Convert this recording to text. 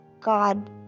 God